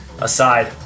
aside